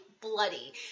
bloody